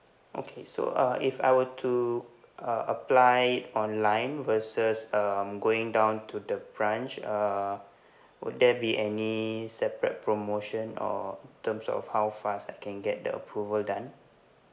okay so uh if I were to uh apply online versus um going down to the branch err would there be any separate promotion or in terms of how fast I can get the approval done